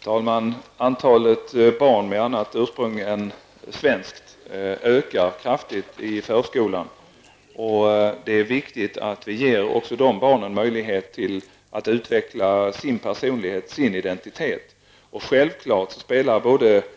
Herr talman! Antalet barn med annat ursprung än svenskt ökar kraftigt i förskolan. Det är viktigt att vi ger även dessa barn möjlighet att utveckla sin personlighet och sin identitet. Självklart spelar föräldrarnas